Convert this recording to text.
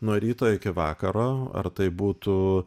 nuo ryto iki vakaro ar tai būtų